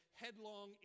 headlong